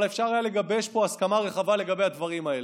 אבל אפשר היה לגבש פה הסכמה רחבה לגבי הדברים האלה,